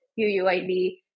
UUID